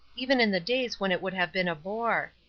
even in the days when it would have been a bore.